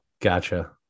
gotcha